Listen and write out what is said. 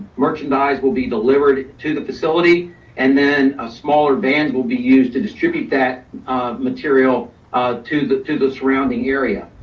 merchandise will be delivered to the facility and then a smaller band will be used to distribute that material to the to the surrounding area.